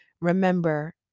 Remember